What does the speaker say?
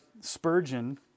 Spurgeon